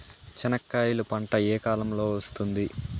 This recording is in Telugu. చెనక్కాయలు పంట ఏ కాలము లో వస్తుంది